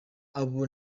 abo